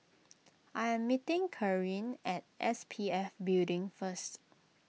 I am meeting Karin at S P F Building first